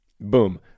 Boom